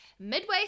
Midway